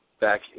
Back